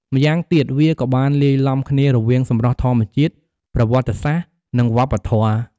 ម្យ៉ាងទៀត វាក៏បានលាយឡំគ្នារវាងសម្រស់ធម្មជាតិ ប្រវត្តិសាស្រ្ត និងវប្បធម៌។